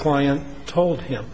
client told him